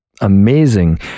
amazing